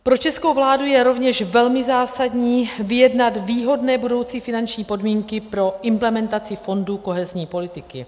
Pro českou vládu je rovněž velmi zásadní vyjednat výhodné budoucí finanční podmínky pro implementaci fondu kohezní politiky.